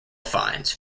finds